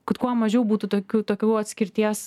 kad kuo mažiau būtų tokių tokių atskirties